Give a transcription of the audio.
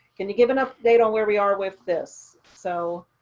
can you give an update on where we are with this? so